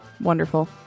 Wonderful